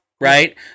Right